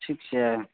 ठीक छियै